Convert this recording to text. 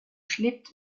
schläft